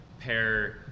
pair